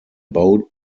boat